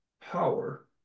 power